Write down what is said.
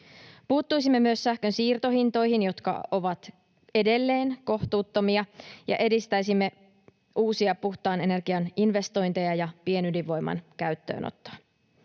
Puuttuisimme myös sähkön siirtohintoihin, jotka ovat edelleen kohtuuttomia, ja edistäisimme uusia puhtaan energian investointeja ja pienydinvoiman käyttöönottoa.